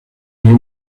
you